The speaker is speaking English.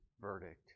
verdict